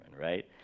right